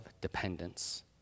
dependence